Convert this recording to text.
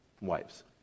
wives